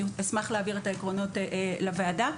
אני אשמח להעביר את העקרונות לוועדה.